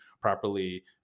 properly